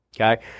Okay